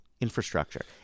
infrastructure